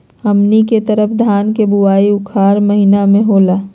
हमनी के तरफ धान के बुवाई उखाड़ महीना में होला